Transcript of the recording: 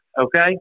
okay